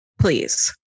please